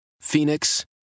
Phoenix